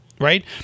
right